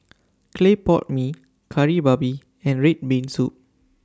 Clay Pot Mee Kari Babi and Red Bean Soup